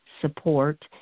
support